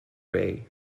way